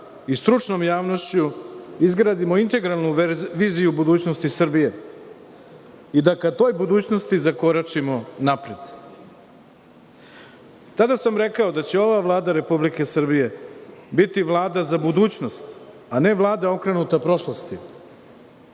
i stručnom javnošću izgradimo integralnu viziju budućnosti Srbije i da ka toj budućnosti zakoračimo napred. Tada sam rekao da će ova Vlada Republike Srbije biti Vlada za budućnost, a ne Vlada okrenuta prošlosti.